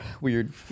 weird